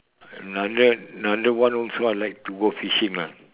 another another one also I like to go fishing ah